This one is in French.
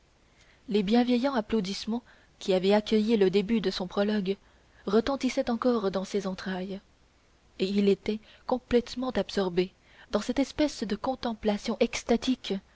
les bienveillants applaudissements qui avaient accueilli le début de son prologue retentissaient encore dans ses entrailles et il était complètement absorbé dans cette espèce de contemplation extatique